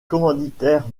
commanditaires